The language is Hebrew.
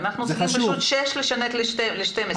אנחנו צריכים פשוט לשנות ל-12 חודשים.